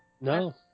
No